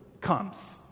comes